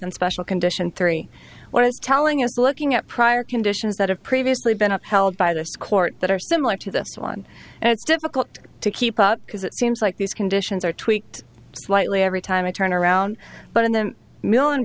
and special condition three when i was telling us looking at prior conditions that have previously been upheld by this court that are similar to this one and it's difficult to keep up because it seems like these conditions are tweaked slightly every time i turn around but in them mi